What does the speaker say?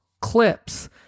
clips